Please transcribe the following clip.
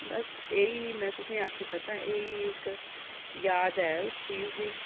बस एही में तुसेंगी आक्खी सकां एही इक याद ऐ उस चीज दी